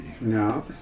No